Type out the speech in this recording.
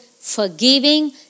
forgiving